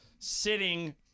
sitting